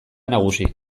nagusi